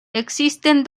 existen